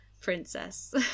princess